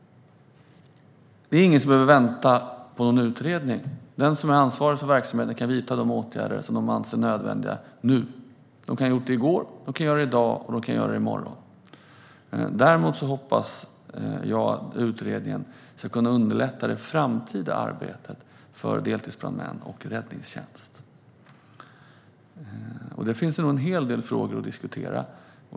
Det är ingen som behöver vänta på en utredning. Den som är ansvarig för verksamheten kan vidta de åtgärder som de anser nödvändiga nu. De kan ha gjort detta i går, de kan göra det i dag och de kan göra det i morgon. Däremot hoppas jag att utredningen ska underlätta det framtida arbetet för deltidsbrandmän och räddningstjänst. Det finns en hel del frågor att diskutera.